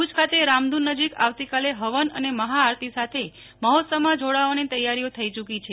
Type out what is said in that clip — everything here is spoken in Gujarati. ભુજ ખાતે રામધૂન નજીક આવતીકાલે હવન અને મહાઆરતી સાથે મહોત્સવમાં જોડાવાની તૈયારીઓ થઇ ચૂકી છે